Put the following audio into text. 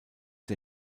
der